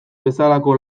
bezalako